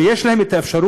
ויש להם אפשרות,